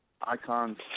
icons